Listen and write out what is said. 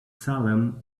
salem